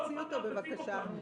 תוציא אותו, בבקשה.